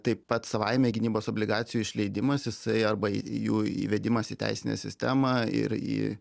taip pat savaime gynybos obligacijų išleidimas jisai arba į jų įvedimas į teisinę sistemą ir į